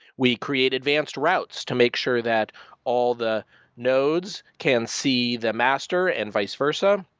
we create advanced routes to make sure that all the nodes can see the master and vice versa.